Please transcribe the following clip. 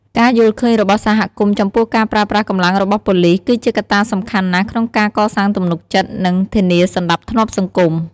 ការយល់ឃើញរបស់សហគមន៍ចំពោះការប្រើប្រាស់កម្លាំងរបស់ប៉ូលីស គឺជាកត្តាសំខាន់ណាស់ក្នុងការកសាងទំនុកចិត្ត និងធានាសណ្តាប់ធ្នាប់សង្គម។